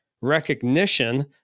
recognition